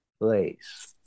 place